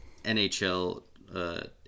NHL